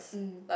mm